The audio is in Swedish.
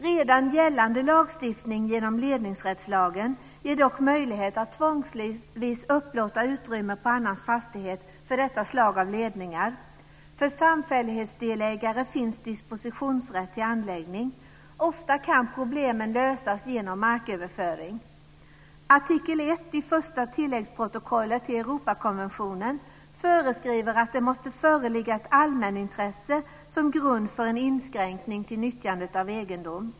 Redan gällande lagstiftning ledningsrättslagen - ger dock möjlighet att tvångsvis upplåta utrymme på annans fastighet för detta slag av ledningar. För samfällighetsdelägare finns dispositionsrätt till anläggning. Ofta kan problemen lösas genom marköverföring. Artikel 1 i första tilläggsprotokollet till Europakonventionen föreskriver att det måste föreligga ett allmänintresse som grund för en inskränkning i nyttjandet av egendom.